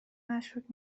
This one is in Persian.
مشکوک